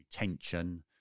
retention